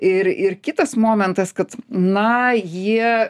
ir ir kitas momentas kad na jie